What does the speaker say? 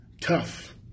tough